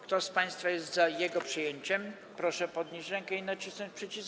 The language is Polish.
Kto z państwa jest za jego przyjęciem, proszę podnieść rękę i nacisnąć przycisk.